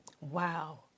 Wow